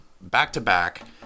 back-to-back